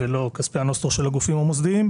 ולא לכספי הנוסטרו של הגופים המוסדיים.